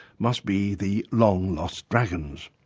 must be the long-lost dragons.